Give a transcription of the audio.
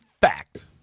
fact